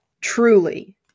Truly